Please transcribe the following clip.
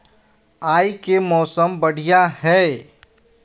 आय के मौसम बढ़िया है?